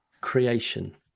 creation